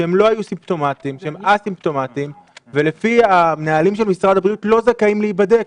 הם לא היו סימפטומטיים ולפי נהלי משרד הבריאות הם לא זכאים להיבדק.